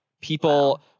people